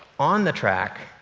on the track,